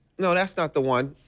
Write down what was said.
no, that's not the one.